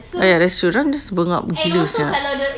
oh ya that's true dorang just bengat gila sia